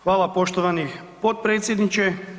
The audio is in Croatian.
Hvala poštovani potpredsjedniče.